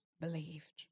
believed